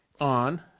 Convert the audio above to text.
on